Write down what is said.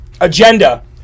agenda